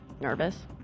nervous